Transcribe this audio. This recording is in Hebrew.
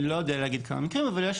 אני לא יודע להגיד כמה מקרים אבל יש